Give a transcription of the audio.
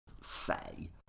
say